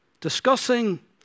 discussing